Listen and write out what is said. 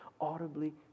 audibly